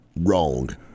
Wrong